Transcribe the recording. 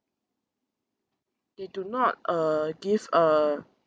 they do not uh give a